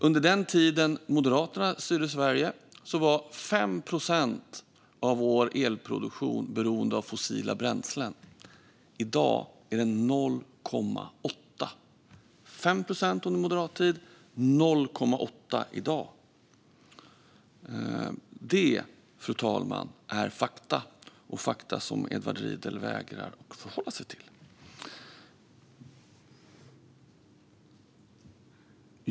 Under den tid Moderaterna styrde Sverige var 5 procent av vår elproduktion beroende av fossila bränslen. I dag är det 0,8 procent. Det var alltså 5 procent på Moderaternas tid. Det är 0,8 procent i dag. Det är fakta, fru talman, som Edward Riedl vägrar att förhålla sig till.